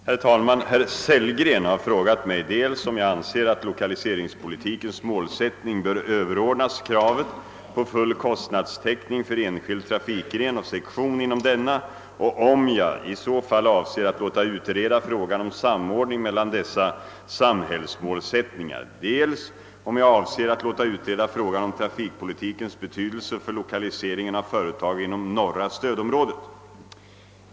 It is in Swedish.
Herr talman! Herr Sellgren har frågat mig, dels om jag anser att lokaliseringspolitikens målsättning bör överordnas kravet på full kostnadstäckning för enskild trafikgren och sektion inom denna och om jag i så fall avser att lå ta utreda frågan om samordning mellan dessa samhällsmålsättningar, dels om jag avser att låta utreda frågan om trafikpolitikens betydelse för lokaliseringen av företag inom norra stödområdet.